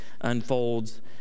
unfolds